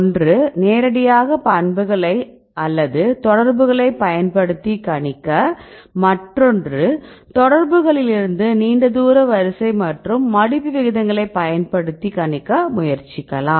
ஒன்று நேரடியாக பண்புகளைப் அல்லது தொடர்புகளை பயன்படுத்தி கணிக்க மற்றொன்று தொடர்புகளிலிருந்து நீண்ட தூர வரிசை மற்றும் மடிப்பு விகிதங்களை பயன்படுத்தி கணிக்க முயற்சிக்கலாம்